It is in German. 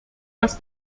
dass